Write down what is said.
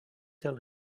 tell